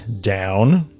down